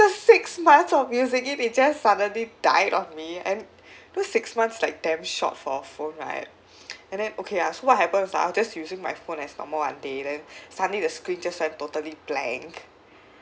six months of using it it just suddenly died on me and because six months like damn short for a phone right and then okay ya so what happened was like I was just using my phone as normal one day then suddenly the screen just went totally blank